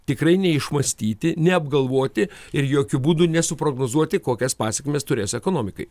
tikrai neišmąstyti neapgalvoti ir jokiu būdu nesuprognozuoti kokias pasekmes turės ekonomikai